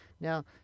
Now